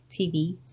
TV